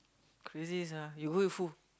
crazy sia you go with who